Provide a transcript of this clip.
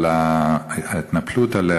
אבל ההתנפלות עליה,